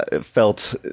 felt